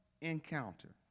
encounter